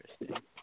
interesting